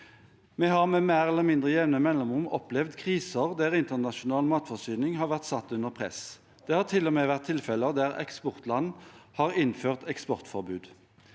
Vi har med mer eller mindre jevne mellomrom opplevd kriser der internasjonal matforsyning har vært satt under press. Det har til og med vært tilfeller der eksportland har innført eksportforbud.